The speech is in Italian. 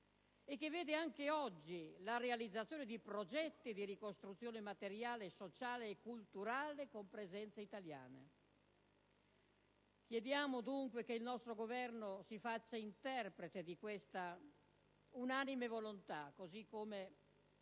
che vede anche oggi la realizzazione di progetti di ricostruzione materiale, sociale e culturale con presenza italiana. Chiediamo, dunque, che il nostro Governo si faccia interprete di questa unanime volontà, così come